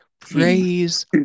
Praise